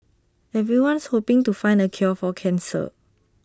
everyone's hoping to find the cure for cancer